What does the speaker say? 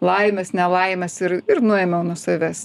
laimes nelaimes ir ir nuėmiau nuo savęs